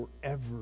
forever